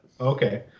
Okay